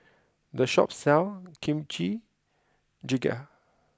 the shop sells Kimchi Jjigae